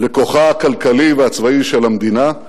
לכוחה הכלכלי והצבאי של המדינה.